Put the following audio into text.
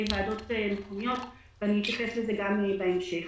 ועדות מקומיות ואתייחס לזה גם בהמשך.